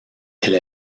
elle